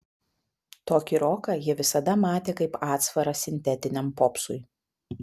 tokį roką jie visada matė kaip atsvarą sintetiniam popsui